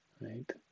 right